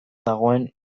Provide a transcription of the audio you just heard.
dagoen